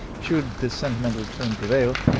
should the sentimental tone prevail,